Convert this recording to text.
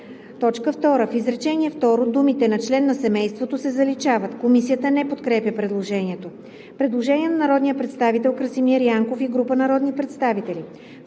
2. В изречение второ думите „на член на семейството“ се заличават.“ Комисията не подкрепя предложението. Предложение на народния представител Красимир Янков и група народни представители: